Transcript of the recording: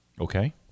Okay